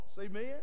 Amen